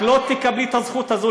את לא תקבלי את הזכות הזאת,